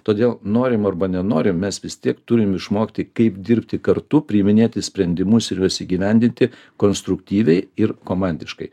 todėl norime arba nenorim mes vis tiek turim išmokti kaip dirbti kartu priiminėti sprendimus ir juos įgyvendinti konstruktyviai ir komandiškai